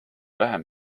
vähem